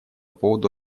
поводу